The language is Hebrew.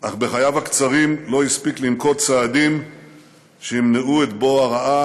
אך בחייו הקצרים לא הספיק לנקוט צעדים שימנעו את בוא הרעה.